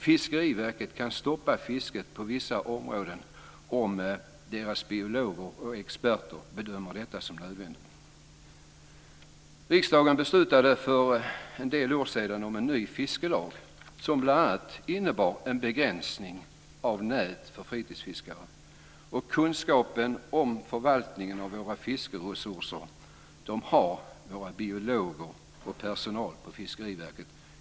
Fiskeriverket kan stoppa fisket på vissa områden om dess biologer och experter bedömer detta som nödvändigt. Riksdagen beslutade för en del år sedan om en ny fiskelag som bl.a. innebar en begränsning av nät för fritidsfiskare. Kunskapen om förvaltningen av våra fiskeresurser har våra biologer och personalen på Fiskeriverket.